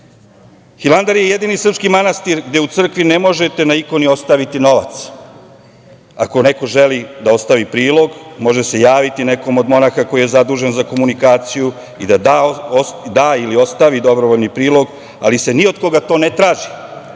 hranu? Hilandar je jedini srpski manastir gde u crkvi ne možete na ikoni ostaviti novac. Ako neko želi da ostavi prilog može se javiti nekom od monaha koji je zadužen za komunikaciju i da da ili ostavi dobrovoljni prilog, ali se ni od koga to ne traži,